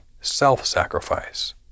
self-sacrifice